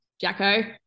Jacko